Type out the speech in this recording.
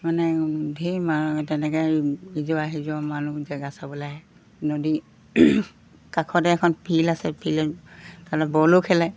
মানে ঢেৰ মানুহ তেনেকৈ ইজোৰা সিজোৰা মানুহ জেগা চাবলৈ আহে নদী কাষতে এখন ফিল্ড আছে ফিল্ডত তাতে বলো খেলে